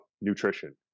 nutrition